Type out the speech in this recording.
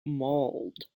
mauled